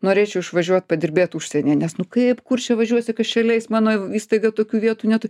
norėčiau išvažiuot padirbėt užsienyje nes nu kaip kur čia važiuosi kas čia leis mano įstaiga tokių vietų netu